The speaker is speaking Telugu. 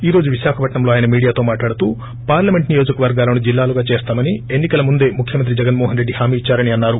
ఈ రోజు విశాఖప్త్యంలో అయన మీడియాతో మాట్హాడుతూ పార్లమెంట్ నియోజికవర్గాలను జిల్లాలుగా చేస్తామని ఎన్నికల ముందే ముఖ్వమంత్రి జగన్ మోహన్ రెడ్లి హామీ ఇచ్సారని అన్నారు